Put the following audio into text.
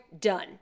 done